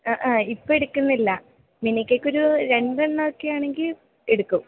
അ അ ഇപ്പോൾ എടുക്കുന്നില്ല മിനി കേക്കൊരു രണ്ടെണ്ണമൊക്കെ ആണെങ്കിൽ എടുക്കും